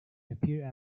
appear